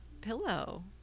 pillow